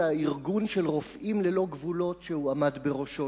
אלא ארגון רופאים ללא גבולות שהוא עמד בראשו,